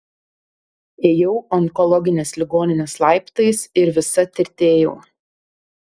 ėjau onkologinės ligoninės laiptais ir visa tirtėjau